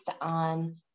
on